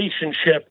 relationship